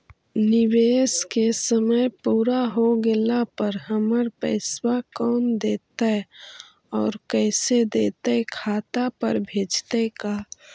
निवेश के समय पुरा हो गेला पर हमर पैसबा कोन देतै और कैसे देतै खाता पर भेजतै का?